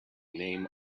name